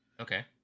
Okay